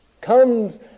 comes